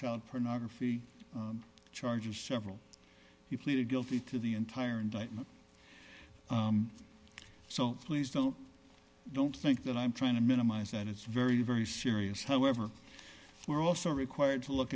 child pornography charges several he pleaded guilty to the entire indictment so please don't don't think that i'm trying to minimize that it's very very serious however we're also required to look